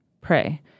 Pray